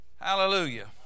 Hallelujah